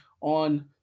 on